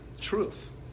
truth